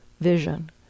vision